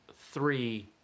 three